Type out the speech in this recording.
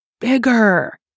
bigger